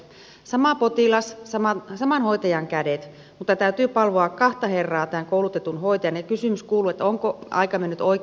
sama potilas saman hoitajan kädet mutta täytyy palvoa kahta herraa tämän koulutetun hoitajan ja kysymys kuuluu onko aika mennyt oikeaan työhön